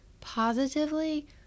positively